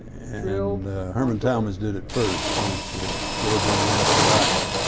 and herman talmadge did it first with georgia international life,